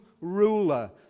ruler